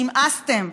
נמאסתם.